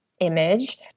image